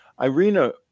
Irina